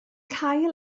cael